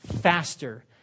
faster